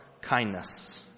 Kindness